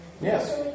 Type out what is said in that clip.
Yes